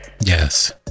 Yes